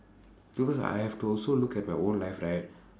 no cause I have to also look at my own life right